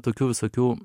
tokių visokių